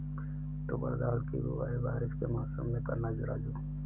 तुवर दाल की बुआई बारिश के मौसम में करना राजू